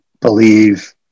believe